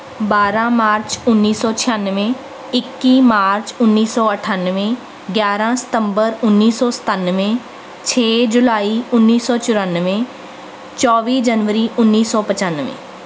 ਬਾਰ੍ਹਾਂ ਮਾਰਚ ਉਨੀ ਸੌ ਛਿਆਨਵੇਂ ਇੱਕੀ ਮਾਰਚ ਉਨੀ ਸੌ ਅਠਾਨਵੇਂ ਗਿਆਰ੍ਹਾਂ ਸਤੰਬਰ ਉਨੀ ਸੌ ਸਤਾਨਵੇਂ ਛੇ ਜੁਲਾਈ ਉੱਨੀ ਸੌ ਚੁਰਾਨਵੇਂ ਚੌਵੀ ਜਨਵਰੀ ਉਨੀ ਸੌ ਪਚਾਨਵੇਂ